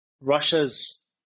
Russia's